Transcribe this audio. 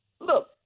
Look